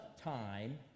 time